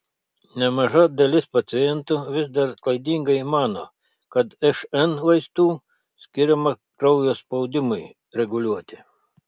nemaža dalis pacientų vis dar klaidingai mano kad šn vaistų skiriama kraujo spaudimui reguliuoti